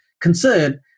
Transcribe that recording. concern